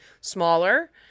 smaller